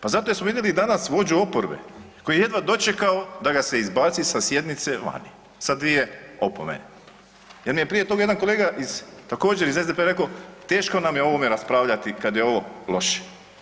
Pa zato jer smo vidjeli danas vođu oporbe koji je jedva dočekao da ga se izbaci sa sjednice vani sa dvije opomene, jer mi je prije toga jedan kolega također iz SDP-a rekao teško nam je o ovome raspravljati kad je ovo loše.